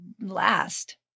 last